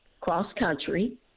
cross-country